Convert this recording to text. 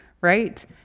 right